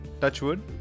Touchwood